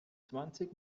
zwanzig